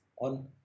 on